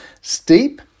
steep